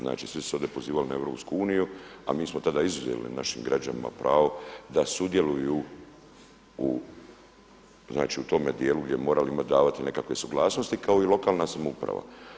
Znači, svi su se ovdje pozivali na EU, a mi smo tada izuzeli našim građanima pravo da sudjeluju u, znači tome dijelu gdje bi im morali davati nekakve suglasnosti kao i lokalna samouprava.